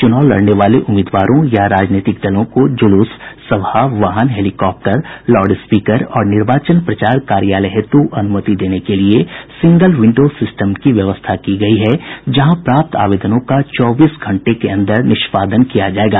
चुनाव लड़ने वाले उम्मीदवारों या राजनीतिक दलों को जुलूस सभा वाहन हेलीकॉप्टर लॉउडस्पीकर और निर्वाचन प्रचार कार्यालय हेतु अनुमति देने के लिए सिंगल विंडो सिस्टम की व्यवस्था की गयी है जहां प्राप्त आवेदनों को चौबीस घंटों के अन्दर निष्पादन किया जायेगा